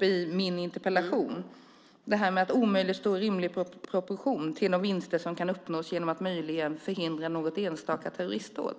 i min interpellation var det här med att det omöjligt står i rimlig proportion till de vinster som kan uppnås genom att möjligen förhindra något enstaka terroristdåd.